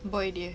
boy dia